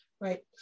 right